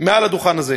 מעל הדוכן הזה,